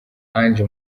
ange